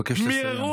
אבקש לסיים.